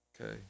Okay